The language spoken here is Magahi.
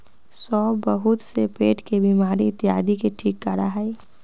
सौंफ बहुत से पेट के बीमारी इत्यादि के ठीक करा हई